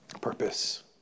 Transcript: Purpose